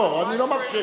לא, אני לא מרשה.